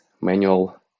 manual